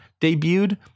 debuted